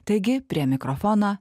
taigi prie mikrofono